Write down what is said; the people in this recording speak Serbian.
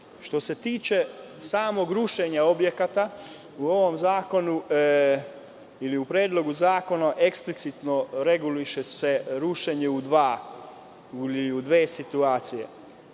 se tiče samog rušenja objekata, u ovom zakonu ili u predlogu zakona, eksplicitno se reguliše rušenje u dve situacije.